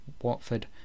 Watford